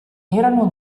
erano